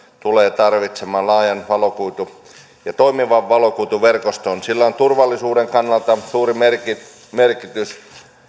tulee tarvitsemaan laajan ja toimivan valokuituverkoston sillä on turvallisuuden kannalta suuri merkitys